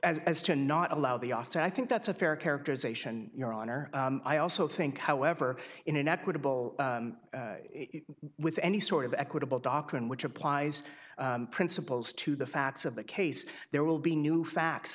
set as to not allow the officer i think that's a fair characterization your honor i also think however in an equitable with any sort of equitable doctrine which applies principles to the facts of the case there will be new facts